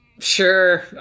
Sure